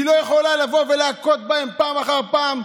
היא לא יכולה לבוא ולהכות בהם פעם אחר פעם.